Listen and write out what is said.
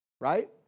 Right